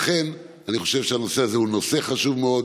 לכן אני חושב שהנושא הזה הוא נושא חשוב מאוד,